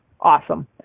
awesome